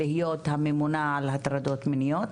להיות הממונה על הטרדות מיניות?